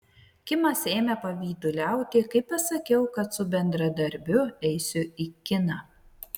kimas ėmė pavyduliauti kai pasakiau kad su bendradarbiu eisiu į kiną